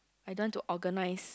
I don't want to organize